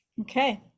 Okay